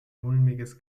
mulmiges